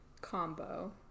combo